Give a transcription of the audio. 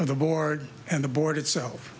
of the board and the board itself